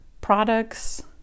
products